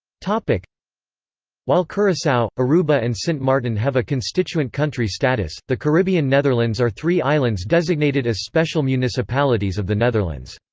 like while curacao, aruba and sint maarten have a constituent country status, the caribbean netherlands are three islands designated as special municipalities of the netherlands.